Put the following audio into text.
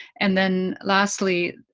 and then lastly,